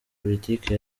politike